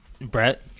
Brett